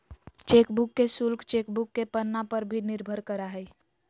chequebook के शुल्क chequebook के पन्ना पर भी निर्भर करा हइ